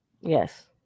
Yes